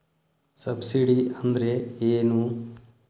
Subsidy ಅಂದ್ರೆ ಏನು?